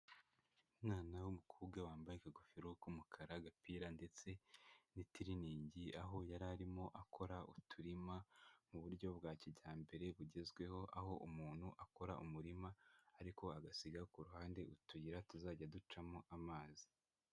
Umwana w'umukobwa wambaye ingofero y'umukara, agapira ndetse n'itiriningi, aho yari arimo akora uturima mu buryo bwa kijyambere bugezweho, aho umuntu akora umurima ariko agasiga ku ruhande utuyira tuzajya ducamo amazi.